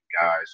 guys